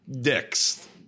dicks